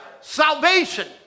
Salvation